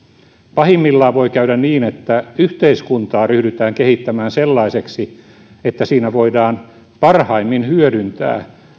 pahimmillaan voi käydä niin että yhteiskuntaa ryhdytään kehittämään sellaiseksi että siinä voidaan parhaimmin hyödyntää